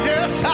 Yes